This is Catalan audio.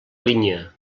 linya